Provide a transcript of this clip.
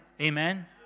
Amen